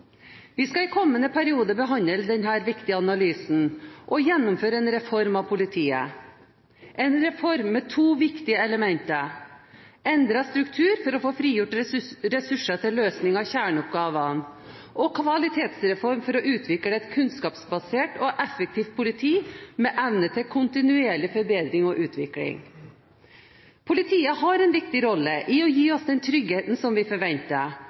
Vi skal i kommende periode behandle denne viktige analysen og gjennomføre en reform av politiet, en reform med to viktige elementer: endret struktur, for å få frigjort ressurser til løsning av kjerneoppgavene, og kvalitetsreform, for å utvikle et kunnskapsbasert og effektivt politi med evne til kontinuerlig forbedring og utvikling. Politiet har en viktig rolle i å gi oss den tryggheten som vi forventer,